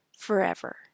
Forever